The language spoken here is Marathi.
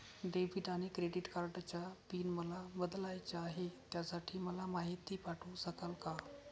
डेबिट आणि क्रेडिट कार्डचा पिन मला बदलायचा आहे, त्यासाठी मला माहिती पाठवू शकाल का?